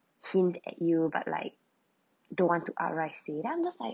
hint at you but like don't want to uh like say them just like